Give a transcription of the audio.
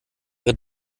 ihre